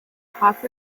half